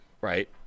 right